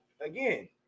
again